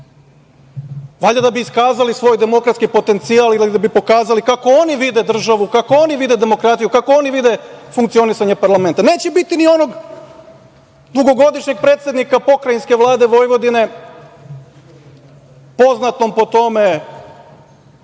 valjda da bi iskazali svoj demokratski potencijal ili da bi pokazali kako oni vide državu, kako oni vide demokratiju, kako oni vide funkcionisanje parlamenta. Neće biti ni onog dugogodišnjeg predsednika Pokrajinske vlade Vojvodine, poznatom po tome